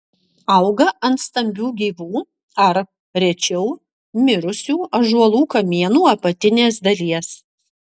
auga ant stambių gyvų ar rečiau mirusių ąžuolų kamienų apatinės dalies